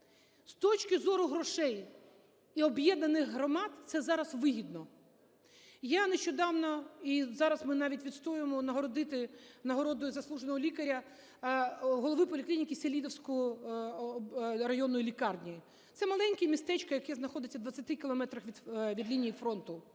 З точки зору грошей і об'єднаних громад це зараз вигідно. Я нещодавно, і зараз ми навіть відстоюємо нагородити нагородою заслуженого лікаря голову поліклініки Селидівської районної лікарні. Це маленьке містечко, яка знаходиться у 20 кілометрах від лінії фронту.